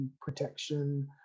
protection